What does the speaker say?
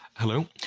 Hello